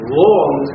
long